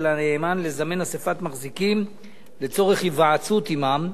הנאמן לכנס אספת מחזיקים לצורך היוועצות עמם,